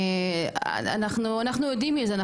אנחנו יודעים מי זה,